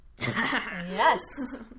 yes